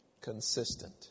consistent